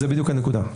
זו בדיוק הנקודה.